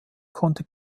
konnte